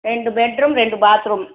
ரெண்டு பெட்ரூம் ரெண்டு பாத்ரூம்